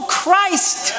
christ